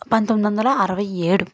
పంతొందొందల అరవై ఏడు